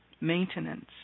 maintenance